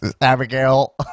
Abigail